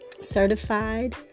certified